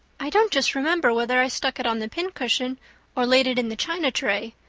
i don't just remember whether i stuck it on the pincushion or laid it in the china tray.